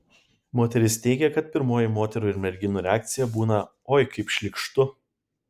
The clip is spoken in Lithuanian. moteris teigia kad pirmoji moterų ir merginų reakcija būna oi kaip šlykštu